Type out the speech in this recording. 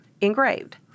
engraved